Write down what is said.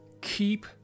keep